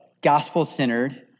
gospel-centered